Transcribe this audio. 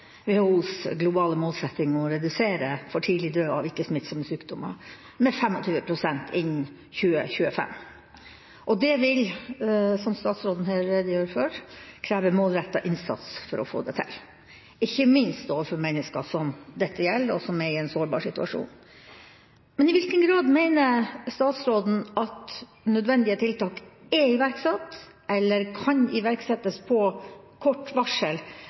tidlig død av ikke-smittsomme sykdommer med 25 pst. innen 2025. Det vil, som statsråden her redegjorde for, kreve målrettet innsats for å få det til – ikke minst overfor mennesker som dette gjelder, og som er i en sårbar situasjon. I hvilken grad mener statsråden at nødvendige tiltak er iverksatt eller kan iverksettes på kort varsel